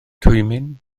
twymyn